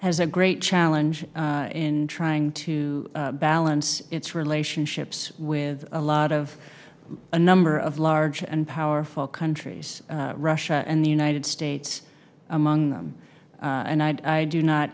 has a great challenge in trying to balance its relationships with a lot of a number of large and powerful countries russia and the united states among them and i do not